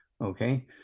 okay